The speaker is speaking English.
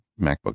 MacBook